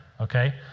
okay